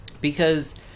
because-